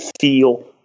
feel